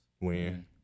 Win